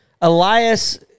Elias